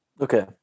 Okay